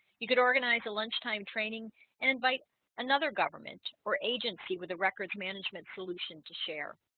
you could organize a lunchtime training invite another government or agency with a records management solution to share